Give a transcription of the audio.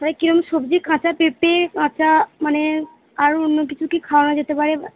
কেউ সবজি কাঁচা পেঁপে কাঁচা মানে আর অন্য কিছু কি খাওয়ানো যেতে পারে